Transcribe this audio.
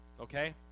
Okay